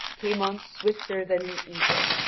came on swifter than an eagle,